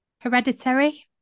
Hereditary